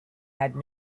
had